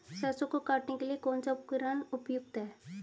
सरसों को काटने के लिये कौन सा उपकरण उपयुक्त है?